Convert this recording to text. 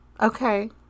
Okay